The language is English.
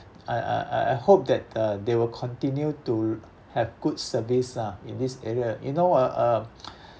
I I I I hope that uh they will continue to have good service ah in this area you know uh uh